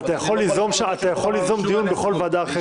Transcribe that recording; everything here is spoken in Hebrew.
אבל אתה יכול ליזום דיון בכל ועדה אחרת.